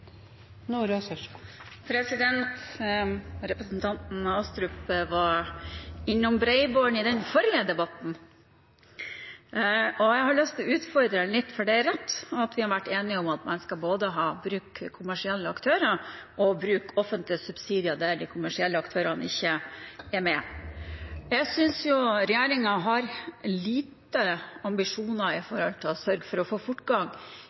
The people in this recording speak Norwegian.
Representanten Astrup var innom bredbånd i den forrige debatten, og jeg har lyst til å utfordre ham litt, for det er rett at vi har vært enige om at man skal bruke kommersielle aktører og bruke offentlige subsidier der de kommersielle aktørene ikke er med. Jeg synes regjeringen har lave ambisjoner når det gjelder å sørge for å få fortgang